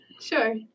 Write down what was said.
Sure